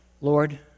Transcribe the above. Lord